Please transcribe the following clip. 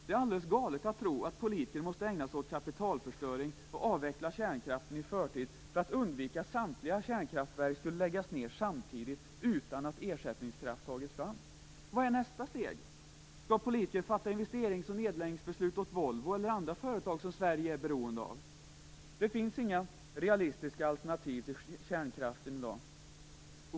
Det är alldeles galet att tro att politiker måste ägna sig åt kapitalförstöring och avveckla kärnkraften i förtid för att undvika att samtliga kärnkraftverk läggs ned samtidigt utan att ersättningskraft tagits fram. Vad är då nästa steg? Skall politiker fatta investerings och nedläggningsbeslut åt Volvo eller andra företag som Sverige är beroende av? Det finns i dag inga realistiska alternativ till kärnkraften.